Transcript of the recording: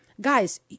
Guys